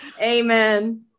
Amen